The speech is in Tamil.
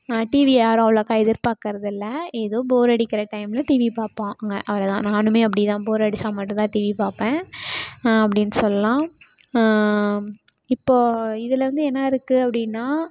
டிவியை யாரும் அவ்வளாக்கா எதிர்பார்க்கறதில்ல ஏதோ போர் அடிக்கிற டைமில் டிவி பார்ப்போம் ங்க அவ்வளதான் நானும் அப்படி தான் போர் அடித்தா மட்டும் தான் டிவி பார்ப்பேன் அப்படின்னு சொல்லலாம் இப்போது இதிலேருந்து என்ன இருக்குது அப்படின்னா